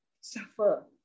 suffer